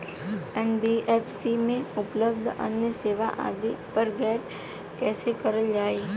NBFC में उपलब्ध अन्य सेवा आदि पर गौर कइसे करल जाइ?